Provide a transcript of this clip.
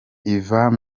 ivan